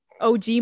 OG